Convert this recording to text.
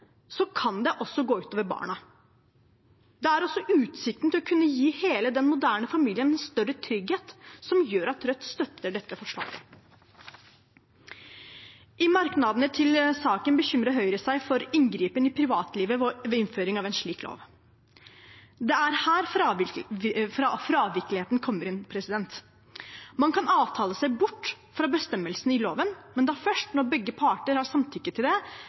kan det også gå ut over barna. Det er altså utsikten til å kunne gi hele den moderne familien større trygghet som gjør at Rødt støtter dette forslaget. I merknadene til saken bekymrer Høyre seg for inngripen i privatlivet ved innføring av en slik lov. Det er her fravikeligheten kommer inn. Man kan avtale seg bort fra bestemmelsene i loven, men først når begge parter har samtykket til det,